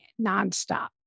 nonstop